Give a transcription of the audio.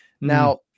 Now